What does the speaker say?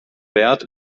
wert